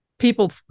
People